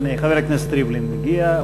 הנה, חבר הכנסת ריבלין הגיע.